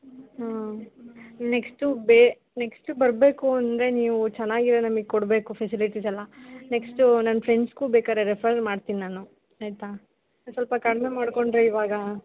ಹಾಂ ನೆಕ್ಸ್ಟು ಬೇ ನೆಕ್ಸ್ಟು ಬರಬೇಕು ಅಂದರೆ ನೀವು ಚೆನ್ನಾಗಿರೋದ್ ನಮಿಗೆ ಕೊಡಬೇಕು ಫೆಸಿಲಿಟೀಸ್ ಎಲ್ಲ ನೆಕ್ಸ್ಟೂ ನನ್ನ ಫ್ರೆಂಡ್ಸಿಗು ಬೇಕಾದ್ರೆ ರೆಫರ್ ಮಾಡ್ತೀನಿ ನಾನು ಆಯಿತಾ ಒಂದು ಸ್ವಲ್ಪ ಕಡಿಮೆ ಮಾಡಿಕೊಂಡ್ರೆ ಇವಾಗ